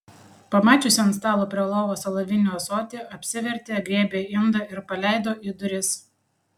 pamačiusi ant stalo prie lovos alavinį ąsotį apsivertė griebė indą ir paleido į duris